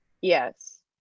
Yes